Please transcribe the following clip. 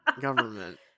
government